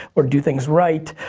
or do things right.